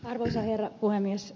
arvoisa herra puhemies